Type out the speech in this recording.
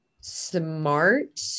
smart